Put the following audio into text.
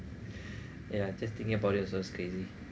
yeah just thinking about it also it's crazy